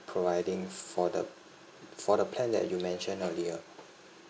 providing for the for the plan that you mentioned earlier